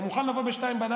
אתה מוכן לבוא ב-02:00?